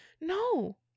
No